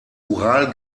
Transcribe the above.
ural